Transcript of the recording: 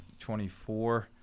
24